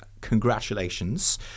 congratulations